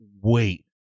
wait